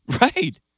Right